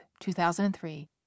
2003